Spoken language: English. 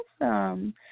Awesome